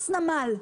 מס נמל.